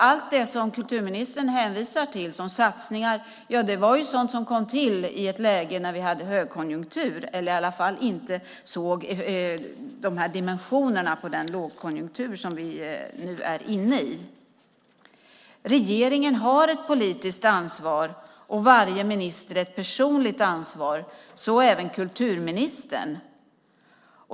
Allt det som kulturministern hänvisar till som satsningar var ju sådant som kom till i ett läge där vi hade högkonjunktur eller i alla fall inte såg dimensionerna av den lågkonjunktur som vi nu är inne i. Regeringen har ett politiskt ansvar, och varje minister har ett personligt ansvar, så även kulturministern.